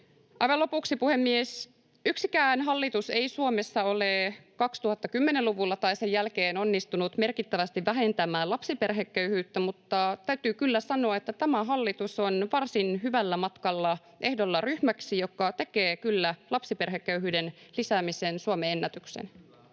lopuksi, puhemies! Yksikään hallitus ei Suomessa ole 2010-luvulla tai sen jälkeen onnistunut merkittävästi vähentämään lapsiperheköyhyyttä, mutta täytyy kyllä sanoa, että tämä hallitus on varsin hyvällä matkalla ehdolla ryhmäksi, joka tekee kyllä lapsiperheköyhyyden lisäämisen Suomen ennätyksen.